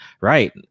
right